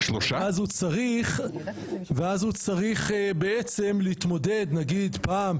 ואז הוא צריך בעצם להתמודד נגיד פעם,